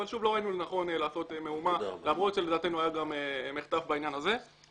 אבל לא ראינו לנכון לעשות מהומה למרות שלדעתנו היה גם מחטף בעניין הזה.